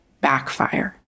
backfire